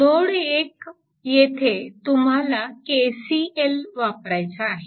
node 1 येथे तुम्हाला KCL वापरायचा आहे